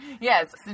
Yes